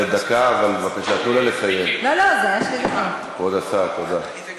שאפשר להחזיר, כבוד השר, אני,